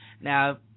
Now